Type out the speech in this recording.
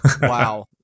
wow